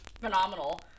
phenomenal